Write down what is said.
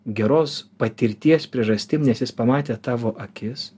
geros patirties priežastim nes jis pamatė tavo akis